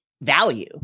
value